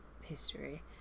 history